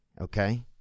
Okay